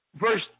Verse